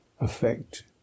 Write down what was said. affect